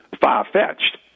far-fetched